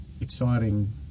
exciting